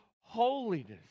holiness